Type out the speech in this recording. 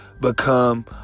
become